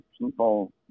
people